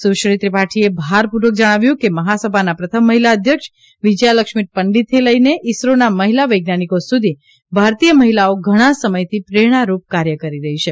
સુશ્રી ત્રિપાઠીએ ભારપૂર્વક જણાવ્યું હતું કે મહાસભાના પ્રથમ મહિલા અધ્યક્ષ વિજયા લક્ષ્મી પંડિતથી લઇને ઇસરોના મહિલા વૈજ્ઞાનિકો સુધી ભારતીય મહિલાઓ ઘણા સમયથી પ્રેરણારૂપ કાર્ય કરી રહી છે